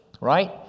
right